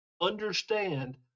understand